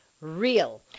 real